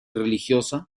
religiosa